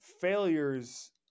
failures